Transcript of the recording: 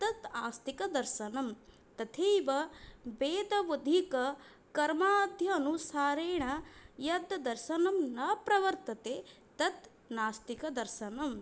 तत् आस्तिकदर्शनं तथैव वेदोदितः कर्माद्यानुसारेण यद् दर्शनं न प्रवर्तते तत् नास्तिकदर्शनम्